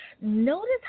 notice